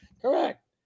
correct